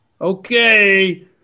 okay